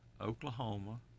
oklahoma